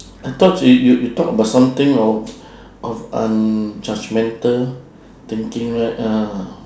I thought you you you talk about something of of um judgemental thinking right ah